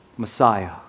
Messiah